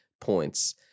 points